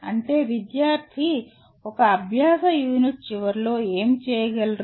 అంటే విద్యార్థి ఒక అభ్యాస యూనిట్ చివరిలో ఏమి చేయగలరు